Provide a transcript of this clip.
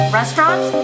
Restaurant